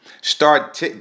Start